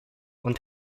und